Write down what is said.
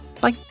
Bye